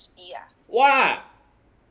!wah!